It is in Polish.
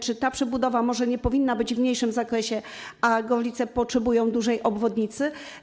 Czy ta przebudowa może nie powinna być w mniejszym zakresie, a Gorlice potrzebują dużej obwodnicy?